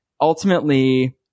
ultimately